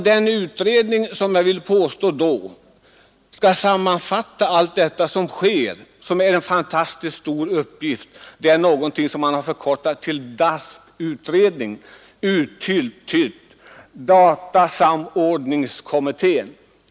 Den utredningen som skall sammanfatta allt som sker — det är en fantastiskt stor uppgift — har fått beteckningen DASK, dvs. datasamordningskommittén.